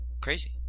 Crazy